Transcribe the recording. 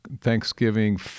Thanksgiving